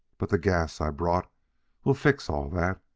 but the gas i brought will fix all that.